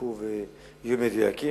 נבדקו והם מדויקים.